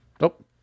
Nope